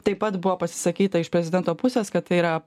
taip pat buvo pasisakyta iš prezidento pusės kad tai yra